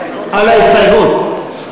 על ההסתייגות.